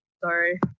sorry